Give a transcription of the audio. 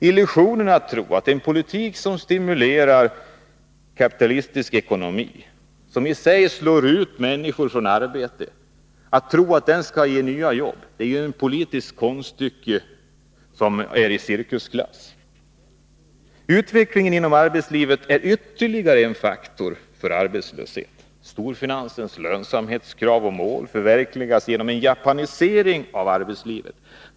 Illusionen att tro att en politik som stimulerar kapitalistisk ekonomi, som i sig själv slår ut människor från arbete, skulle ge nya jobb är ett politiskt konststycke som är i cirkusklass. Utvecklingen inom arbetslivet är ytterligare en faktor som medför ökad arbetslöshet. Storfinansens lönsamhetskrav och mål förverkligas genom en japanisering av arbetslivet.